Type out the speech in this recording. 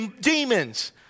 demons